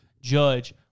judge